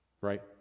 right